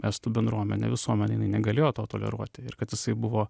estų bendruomenė visuomenė jinai negalėjo to toleruoti ir kad jisai buvo